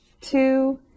two